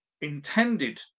intended